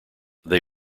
they